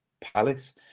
Palace